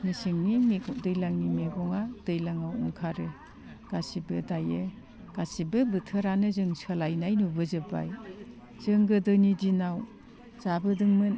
मेसेंनि दैज्लांनि मैगङा दैज्लाङाव ओंखारो गासैबो दायो गासैबो बोथोरानो जों सोलायनाय नुबोजोबबाय जों गोदोनि दिनाव जाबोदोंमोन